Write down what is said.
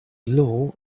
law